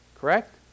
Correct